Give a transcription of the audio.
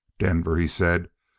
denver, he said,